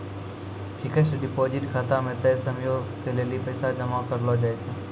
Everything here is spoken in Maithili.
फिक्स्ड डिपॉजिट खाता मे तय समयो के लेली पैसा जमा करलो जाय छै